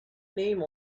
name